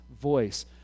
voice